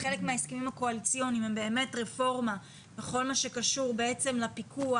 חלק מההסכמים הקואליציוניים הם באמת רפורמה בכל מה שקשור לפיקוח,